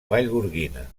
vallgorguina